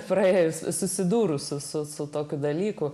frajeris susidūrus su tokiu dalyku